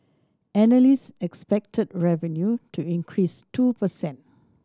analysts expected revenue to increase two per cent